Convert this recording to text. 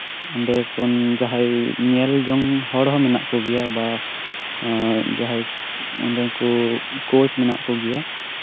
ᱚᱱᱰᱮ ᱠᱷᱚᱱ ᱡᱟᱸᱦᱟᱭ ᱧᱮᱞ ᱡᱚᱝ ᱦᱚᱲ ᱦᱚᱸ ᱢᱮᱱᱟᱜ ᱜᱮᱭᱟ ᱵᱟ ᱡᱟᱸᱦᱟᱭ ᱚᱱᱰᱮ ᱠᱚ ᱠᱳᱪ ᱢᱮᱱᱟᱜ ᱠᱚ ᱜᱮᱭᱟ